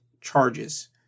charges